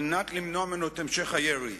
השתלטו עליו על מנת למנוע ממנו את המשך הירי.